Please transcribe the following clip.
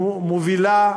מובילה.